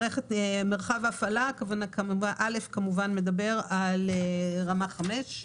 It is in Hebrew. מרחב ההפעלה א מדבר על רמה 5,